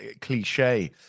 cliche